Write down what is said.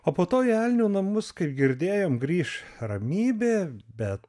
o po to į elnio namus kaip girdėjom grįš ramybė bet